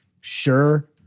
Sure